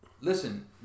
Listen